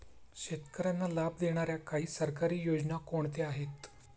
शेतकऱ्यांना लाभ देणाऱ्या काही सरकारी योजना कोणत्या आहेत?